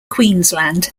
queensland